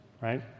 right